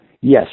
yes